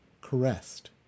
caressed